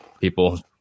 people